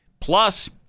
Plus